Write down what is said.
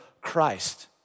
Christ